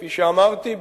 כפי שאמרתי,